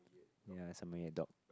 ya Samoyed dog